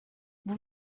vous